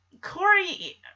Corey